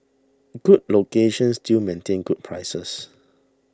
good locations still maintain good prices